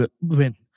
win